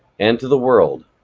and to the world,